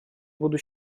буду